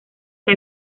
que